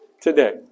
today